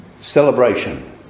celebration